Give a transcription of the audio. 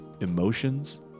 emotions